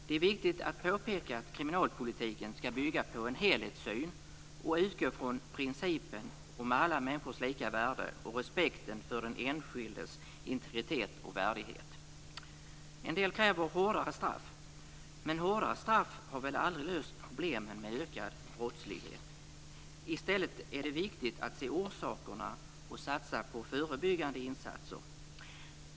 Det är viktigt att påpeka att kriminalpolitiken ska bygga på en helhetssyn och utgå från principen om alla människors lika värde och respekten för den enskildes integritet och värdighet. En del kräver hårdare straff men hårdare straff har väl aldrig löst problemen med ökad brottslighet. I stället är det viktigt att se orsakerna och satsa på förebyggande insatser.